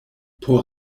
por